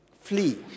flee